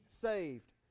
saved